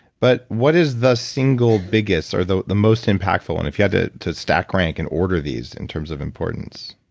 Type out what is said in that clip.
but what is the single biggest or the the most impactful and if you had to to stack rank and order these in terms of importance?